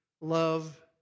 love